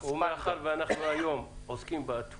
כל ענף נמדד על ידי רספ"ן --- היום אנחנו עוסקים בתבואות.